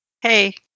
hey